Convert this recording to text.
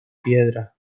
piedra